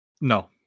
No